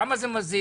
כמה זה מזיק,